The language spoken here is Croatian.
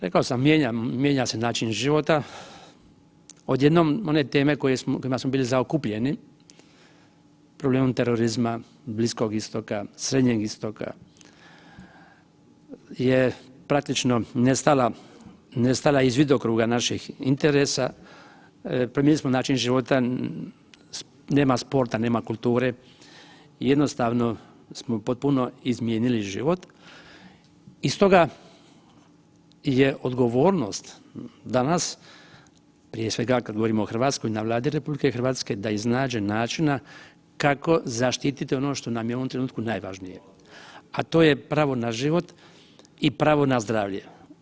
Rekao sam mijenja se način života, odjednom one teme kojima smo bili zaokupljeni problemom terorizma, Bliskog Istoka, Srednjeg Istoka je praktično nestala, nestala iz vidokruga naših interesa, promijenili smo način života nema sporta, nema kulture jednostavno smo potpuno izmijenili život i stoga je odgovornost danas prije svega kada govorimo o Hrvatskoj i na Vladi RH da iznađe načina kako zaštiti ono što nam je u ovom trenutku najvažnije, a to je pravo na život i pravo na zdravlje.